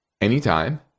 anytime